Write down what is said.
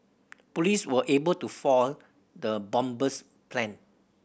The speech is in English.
police were able to foil the bomber's plan